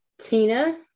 Tina